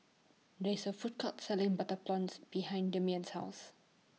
There IS A Food Court Selling Butter Prawns behind Demian's House